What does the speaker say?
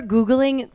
Googling